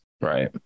Right